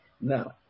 Now